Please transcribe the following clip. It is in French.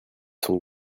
sont